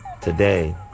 Today